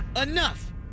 Enough